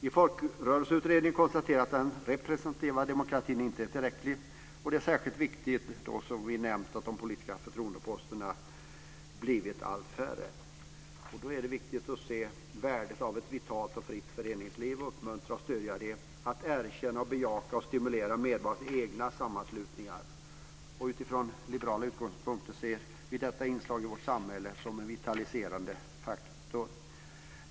I Folkrörelseutredningen konstateras att den representativa demokratin inte är tillräcklig. Det är särskilt viktigt då vi nämnt att de politiska förtroendeposterna blivit allt färre. Då är det viktigt att se värdet av ett vitalt och fritt föreningsliv, att uppmuntra och stödja det och att erkänna, bejaka och stimulera medborgarnas egna sammanslutningar. Utifrån liberala utgångspunkter ser vi detta inslag i vårt samhälle som en vitaliserande faktor.